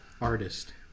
artist